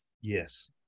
yes